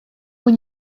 when